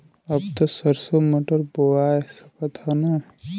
अब त सरसो मटर बोआय सकत ह न?